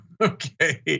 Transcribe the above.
Okay